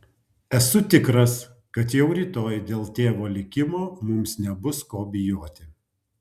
esu tikras kad jau rytoj dėl tėvo likimo mums nebus ko bijoti